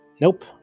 Nope